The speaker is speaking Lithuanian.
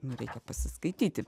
nu reikia pasiskaityti